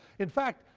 in fact,